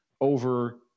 over